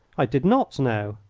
i did not know.